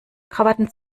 krawatten